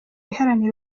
iharanira